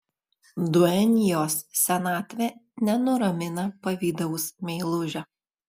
duenjos senatvė nenuramina pavydaus meilužio